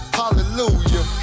hallelujah